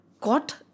got